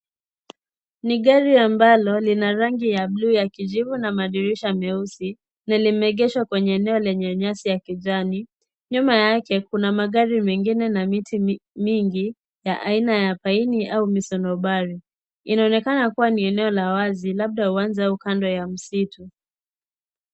Ni gari ambalo lina rangi ya bluu ya kujibu na madirisha meusi na limeegeshwa kwenye eneo lenye nyasi ya kijani. Nyuma yake kuna magari mengine na miti mingi ya aina ya paini au misonobari. Inaonekana kuwa ni eneo la wazi labda uwanja au kando ya msitu.